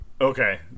Okay